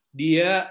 dia